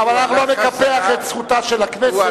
אבל אנחנו לא נקפח את זכותה של הכנסת.